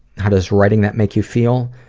how does writing that make you feel?